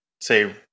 say